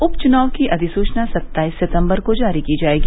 उप चुनाव की अधिसुचना सत्ताईस सितम्बर को जारी की जायेगी